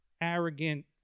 arrogant